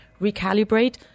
recalibrate